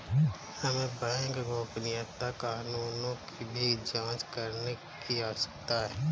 हमें बैंक गोपनीयता कानूनों की भी जांच करने की आवश्यकता है